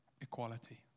equality